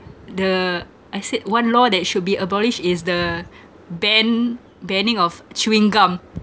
the I said one law that should be abolished is the ban~ banning of chewing gum